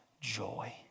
joy